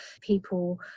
people